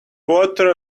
water